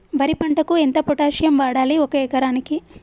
వరి పంటకు ఎంత పొటాషియం వాడాలి ఒక ఎకరానికి?